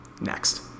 Next